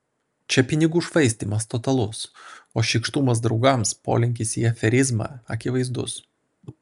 čia pinigų švaistymas totalus o šykštumas draugams polinkis į aferizmą akivaizdus